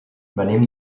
venim